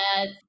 yes